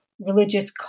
religious